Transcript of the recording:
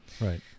Right